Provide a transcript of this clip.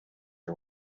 was